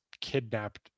kidnapped